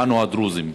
אנו הדרוזים.